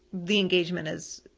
the engagement is,